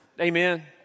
Amen